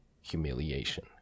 humiliation